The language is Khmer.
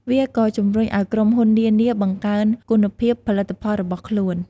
វាក៏ជំរុញឱ្យក្រុមហ៊ុននានា បង្កើនគុណភាព ផលិតផលរបស់ខ្លួន។